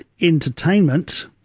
Entertainment